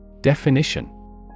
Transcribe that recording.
Definition